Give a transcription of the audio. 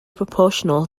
proportional